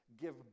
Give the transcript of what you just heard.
give